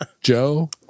joe